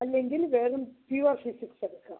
അല്ലെങ്കിൽ വെറും pure physics എടുക്കുക